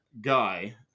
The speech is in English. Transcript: guy